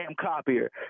copier